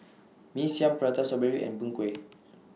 Mee Siam Prata Strawberry and Png Kueh